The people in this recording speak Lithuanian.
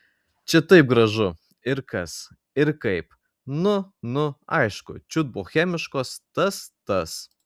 čia taip gražu ir kas ir kaip nu nu aišku čiut bohemiškos tas tas